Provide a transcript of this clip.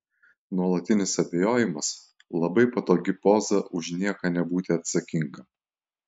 nuolatinis abejojimas labai patogi poza už nieką nebūti atsakingam